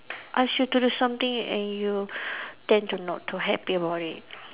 ask you to do something and you tend to not too happy about it